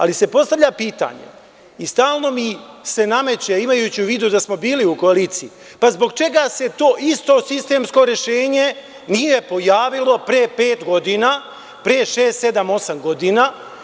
Ali se postavlja pitanje i stalno mi se nameće, imajući u vidu da smo bili u koaliciji, pa zbog čega se to isto sistemsko rešenje nije pojavilo pre pet godina, pre šest, sedam, osam godina?